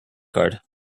card